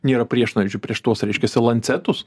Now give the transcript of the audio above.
nėra priešnuodžių prieš tuos reiškiasi lancetus